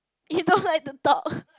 he don't like to talk